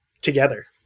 together